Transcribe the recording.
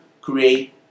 create